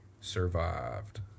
survived